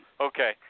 Okay